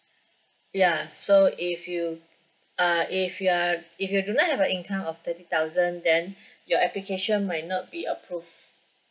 ya so if you uh if you're if you do not have a income of thirty thousand then your application might not be approved